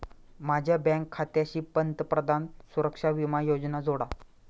माझ्या बँक खात्याशी पंतप्रधान सुरक्षा विमा योजना जोडा